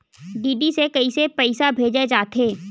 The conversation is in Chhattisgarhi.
डी.डी से कइसे पईसा भेजे जाथे?